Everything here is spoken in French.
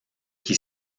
qui